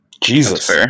Jesus